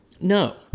No